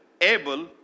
able